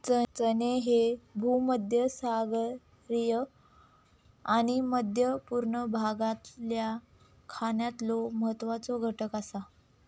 चणे ह्ये भूमध्यसागरीय आणि मध्य पूर्व भागातल्या खाण्यातलो महत्वाचो घटक आसा